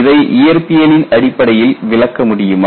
இதை இயற்பியலின் அடிப்படையில் விளக்க முடியுமா